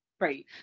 right